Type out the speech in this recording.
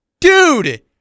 Dude